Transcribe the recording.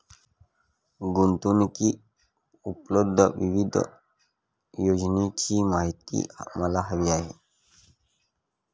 गुंतवणूकीसाठी उपलब्ध विविध योजनांची माहिती मला हवी आहे